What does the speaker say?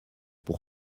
pour